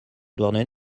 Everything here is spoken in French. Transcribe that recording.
douarnenez